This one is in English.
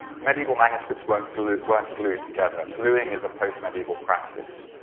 medieval manuscripts weren't glued weren't glued together. gluing is a post medieval practice.